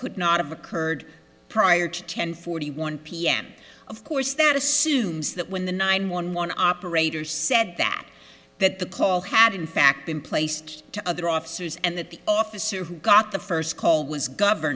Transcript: could not have occurred prior to ten forty one pm of course that assumes that when the nine one one operator said that that the call had in fact been placed to other officers and that the officer who got the first call was governor